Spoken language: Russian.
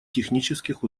технических